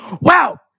Wow